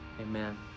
amen